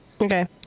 Okay